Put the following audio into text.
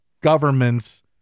governments